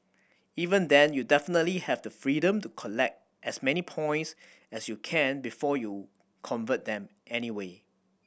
even then you definitely have the freedom to collect as many points as you can before you convert them anyway